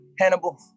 Hannibal